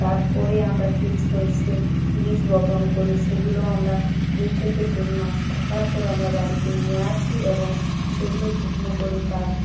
তারপরে আমরা তিল সর্ষের বীজ বপন করে সেগুলো আমরা দুই থেকে তিন মাস থাকার পর আমরা বাড়িতে নিয়ে আসি এবং সেগুলো শুকনো করে তার